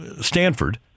Stanford